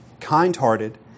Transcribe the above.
kind-hearted